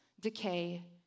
decay